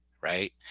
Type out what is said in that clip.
right